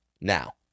now